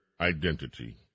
identity